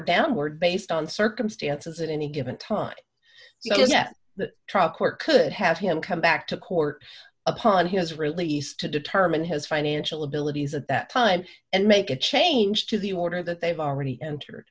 downward based on circumstances at any given time yet the trial court could have him come back to court upon his release to determine his financial abilities at that time and make a change to the order that they've already entered